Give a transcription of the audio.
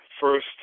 first